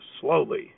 slowly